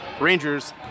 rangers